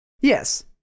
Yes